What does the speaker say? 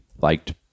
liked